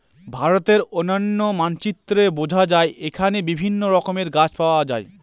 ভারতের অনন্য মানচিত্রে বোঝা যায় এখানে বিভিন্ন রকমের গাছ পাওয়া যায়